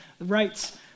rights